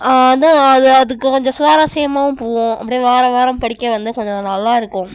ஆனால் அது அதுக்கு கொஞ்சம் சுவாரஸ்யமாகவும் போவும் அப்படியே வாரம் வாரம் படிக்க வந்து கொஞ்சம் நல்லாயிருக்கும்